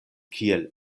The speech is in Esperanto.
kiel